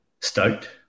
stoked